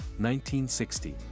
1960